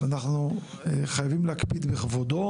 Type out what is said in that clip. אנחנו חייבים להקפיד בכבודו